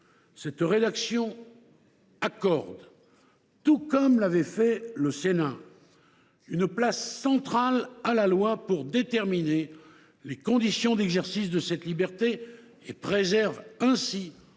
cette rédaction accorde, tout comme l’avait fait le Sénat, une place centrale à la loi pour déterminer les conditions d’exercice de cette liberté, et préserve ainsi le rôle